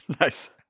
Nice